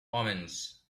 omens